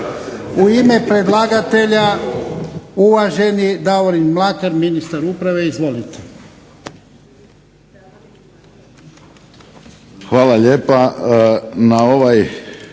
U ime predlagatelja, uvaženi Davorin Mlakar, ministar uprave. Izvolite.